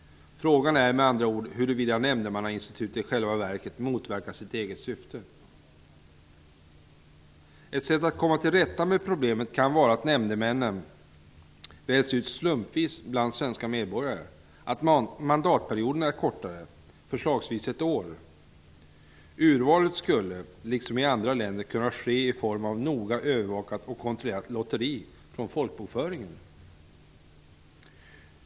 Frågan är med andra ord huruvida nämndemannainstitutet i själva verket motverkar sitt eget syfte. Ett sätt att komma till rätta med problemet kan vara att nämndemännen väljs ut slumpvis bland svenska medborgare, att mandatperioderna är kortare, förslagvis ett år. Urvalet skulle, liksom i andra länder kunna ske i form av ett noga övervakat och kontrollerat lotteri från folkbokföringen.